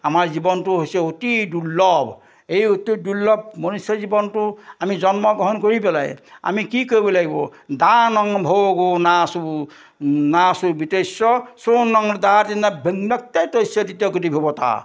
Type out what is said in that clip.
আমাৰ জীৱনটো হৈছে অতি দুৰ্লভ এই অতি দুৰ্লভ মনুষ্য জীৱনটো আমি জন্মগ্ৰহণ কৰি পেলাই আমি কি কৰিব লাগিব দা নং ভোগ নাচো নাচো বিদেশ্য চৌন দা তিনি ভেনতাই তৎস্য